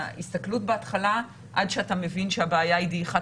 וההסתכלות בהתחלה עד שאתה מבין שהבעיה היא דעיכת